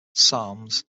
psalms